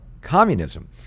communism